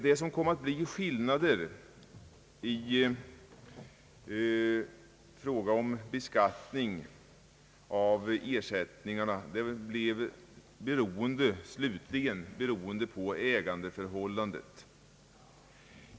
Det som kom att bli skillnader i fråga om beskattning av ersättningarna blev slutligen beroende på ägarförhållanden.